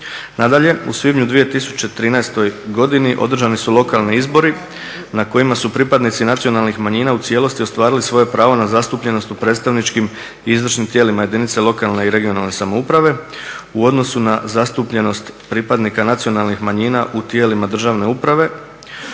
Nadalje, u svibnju u 2013. godini održani su lokalni izbori na kojima su pripadnici nacionalnih manjina u cijelosti ostvarili svoje pravo na zastupljenost u predstavnički i izvršnim tijelima jedinica lokalne i regionalne samouprave u odnosu na zastupljenost pripadnika nacionalnih manjina u tijelima državne uprave,